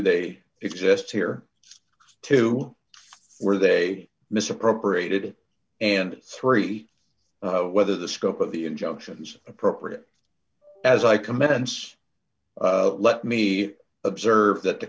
they exist here too where they misappropriated and three whether the scope of the injunctions appropriate as i commence let me observe that the